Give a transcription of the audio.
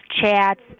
chats